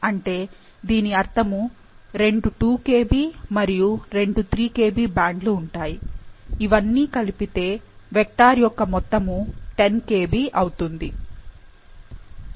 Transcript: అంటే దీని అర్థము రెండు 2 kb మరియు రెండు 3 kb బ్యాండ్లు ఉంటాయి ఇవన్నీ కలిపితే వెక్టార్ యొక్క మొత్తము 10 kb అవుతుంది